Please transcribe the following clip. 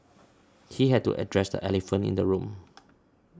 he had to address the elephant in the room